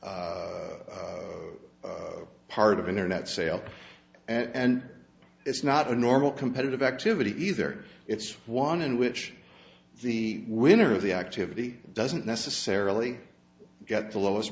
part of internet sales and it's not a normal competitive activity either it's one in which the winner of the activity doesn't necessarily get the lowest